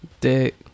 Dick